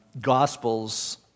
gospels